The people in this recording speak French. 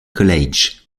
college